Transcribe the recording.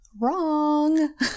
Wrong